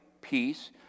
peace